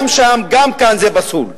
גם שם, גם כאן, זה פסול.